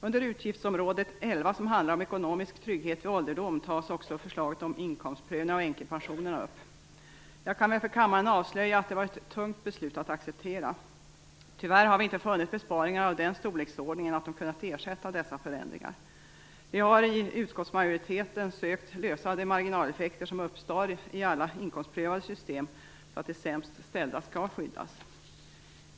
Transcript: Under utgiftsområde 11, som handlar om ekonomisk trygghet vid ålderdom, tas också förslaget om inkomstprövning av änkepensionen upp. Jag kan väl inför kammaren avslöja att det varit ett tungt beslut att acceptera. Tyvärr har vi inte funnit besparingar av den storleksordningen att de kunnat ersätta dessa förändringar. Vi har i utskottsmajoriteten sökt lösa de marginaleffekter som uppstår i alla inkomstprövade system, så att de sämst ställda skall skyddas.